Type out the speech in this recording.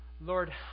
Lord